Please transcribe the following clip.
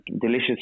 delicious